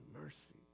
mercy